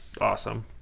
awesome